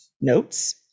Notes